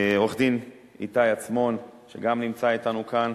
עורך-דין איתי עצמון, שגם נמצא אתנו כאן.